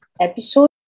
episode